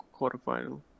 quarterfinal